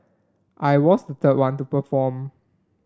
I was the third one to perform